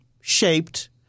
shaped